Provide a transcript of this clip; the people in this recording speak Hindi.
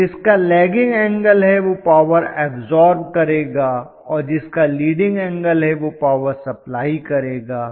तो जिसका लैगिंग एंगल है वह पावर अब्ज़ॉर्ब करेगा और जिसका लीडिंग एंगल है वह पावर सप्लाई करेगा